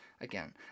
Again